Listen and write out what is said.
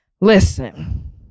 Listen